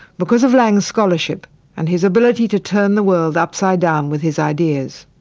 because of laing's scholarship and his ability to turn the world upside down with his ideas.